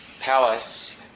palace